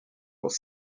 was